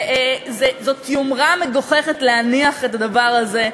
זאת יומרה מגוחכת להניח את הדבר הזה.